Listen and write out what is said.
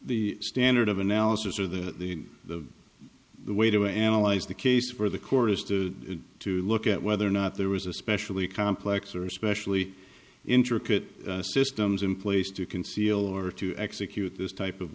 the standard of analysis or the way to analyze the case for the court is to to look at whether or not there was especially complex or especially intricate systems in place to conceal or to execute this type of